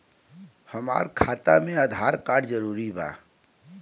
हमार खाता में आधार कार्ड जरूरी बा?